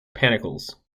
panicles